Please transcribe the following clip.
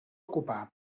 ocupar